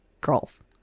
girls